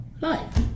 life